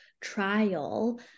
trial